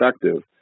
perspective